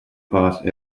part